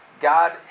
God